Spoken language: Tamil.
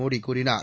மோடி கூறினார்